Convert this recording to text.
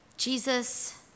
Jesus